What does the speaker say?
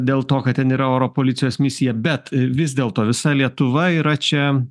dėl to kad ten yra oro policijos misija bet vis dėlto visa lietuva yra čia